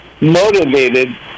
motivated